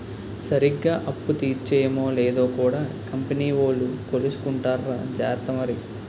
సరిగ్గా అప్పు తీర్చేమో లేదో కూడా కంపెనీ వోలు కొలుసుకుంటార్రా జార్త మరి